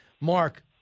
Mark